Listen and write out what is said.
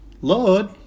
Lord